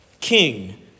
king